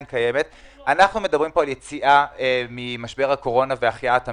אנחנו מדברים פה על יציאה ממשבר הקורונה ועל החייאת המשק.